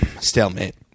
stalemate